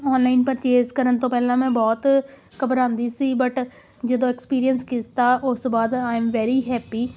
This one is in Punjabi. ਔਨਲਾਈਨ ਪਰਚੇਜ਼ ਕਰਨ ਤੋਂ ਪਹਿਲਾਂ ਮੈਂ ਬਹੁਤ ਘਬਰਾਉਂਦੀ ਸੀ ਬਟ ਜਦੋਂ ਐਕਸਪੀਰੀਅੰਸ ਕੀਤਾ ਉਸ ਤੋਂ ਬਾਅਦ ਆਈ ਐਮ ਵੈਰੀ ਹੈਪੀ